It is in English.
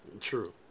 True